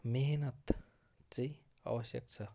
मिहिनेत चाहिँ आवश्यक छ